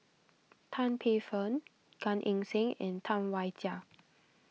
Tan Paey Fern Gan Eng Seng and Tam Wai Jia